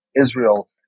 Israel